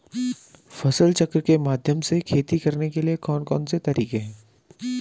फसल चक्र के माध्यम से खेती करने के लिए कौन कौन से तरीके हैं?